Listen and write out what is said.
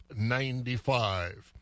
95